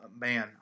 man